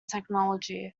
technology